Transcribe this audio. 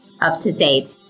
up-to-date